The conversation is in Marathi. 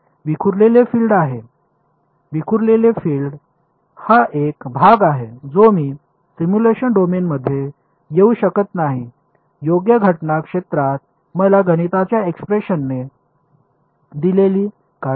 विखुरलेले फील्ड आहे विखुरलेले फील्ड हा एक भाग आहे जो मी सिम्युलेशन डोमेनमध्ये येऊ शकत नाही योग्य घटना क्षेत्रात मला गणिताच्या एक्सप्रेशनने दिलेली काळजी नाही